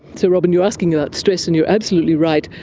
so robyn, you're asking about stress and you're absolutely right,